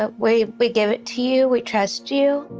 ah we we give it to you. we trust you.